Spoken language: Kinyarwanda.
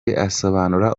asobanura